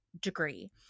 degree